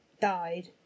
died